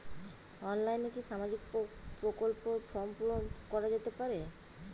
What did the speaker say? অনলাইনে কি সামাজিক প্রকল্পর ফর্ম পূর্ন করা যেতে পারে?